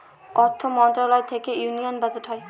অর্থ মন্ত্রণালয় থেকে ইউনিয়ান বাজেট হয়